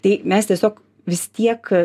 tai mes tiesiog vis tiek